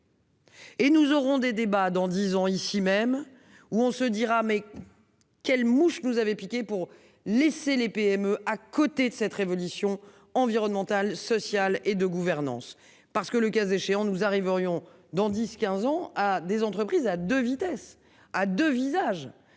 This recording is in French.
Et nous aurons des débats dans disons ici même où on se dira mais. Quelle mouche vous avez piqué pour laisser les PME à côté de cette révolution environnementale, sociale et de gouvernance parce que le cas échéant nous arriverions dans 10 15 ans à des entreprises à 2 vitesses à 2 visages